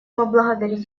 поблагодарить